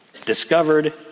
discovered